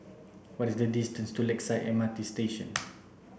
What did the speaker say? what is the distance to Lakeside M R T Station